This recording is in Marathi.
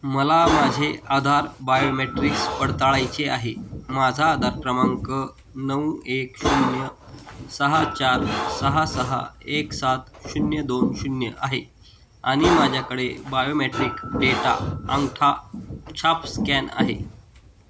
मला माझे आधार बायोमॅट्रिक्स पडताळायचे आहे माझा आधार क्रमांक नऊ एक शून्य सहा चार सहा सहा एक सात शून्य दोन शून्य आहे आणि माझ्याकडे बायोमॅट्रिक डेटा अंगठा छाप स्कॅन आहे